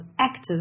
active